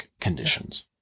conditions